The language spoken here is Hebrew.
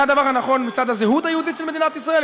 זה הדבר הנכון מצד הזהות היהודית של מדינת ישראל,